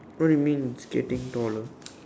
what do you mean it's getting taller